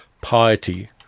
piety